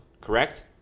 Correct